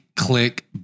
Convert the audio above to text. Click